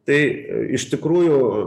tai iš tikrųjų